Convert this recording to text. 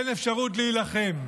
אין אפשרות להילחם.